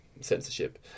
censorship